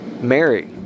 Mary